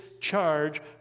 charge